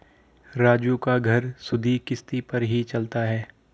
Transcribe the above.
राजू का घर सुधि किश्ती पर ही चलता है